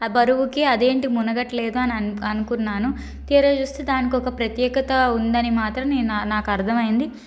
ఆ బరువుకి అదేంటి మునగటం లేదు అని అను అనుకున్నాను తీరా చూస్తే దానికొక ప్రత్యేకత ఉందని మాత్రం నేనా నాకు అర్థం అయింది